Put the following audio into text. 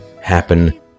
happen